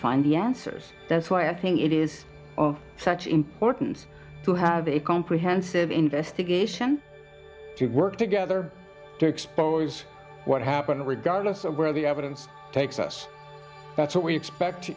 find the answers that's why i think it is such important to have a comprehensive investigation to work together to expose what happened regardless of where the evidence takes us that's what we expect